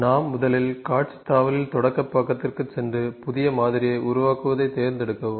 நாம் முதலில் காட்சி தாவலில் தொடக்க பக்கத்திற்குச் சென்று புதிய மாதிரியை உருவாக்குவதைத் தேர்ந்தெடுக்கவும்